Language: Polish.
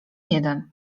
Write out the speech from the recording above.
jeden